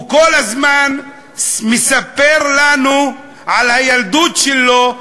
הוא כל הזמן מספר לנו על הילדות שלו,